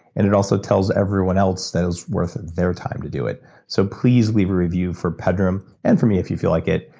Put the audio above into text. and it also tells everyone else that it's worth their time to do it so please leave a review for pedram, and for me if you feel like it,